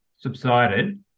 subsided